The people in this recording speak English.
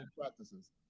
practices